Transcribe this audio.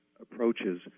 approaches